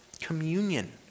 communion